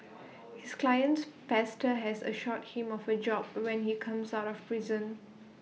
his client's pastor has assured him of A job when he comes out of prison